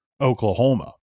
Oklahoma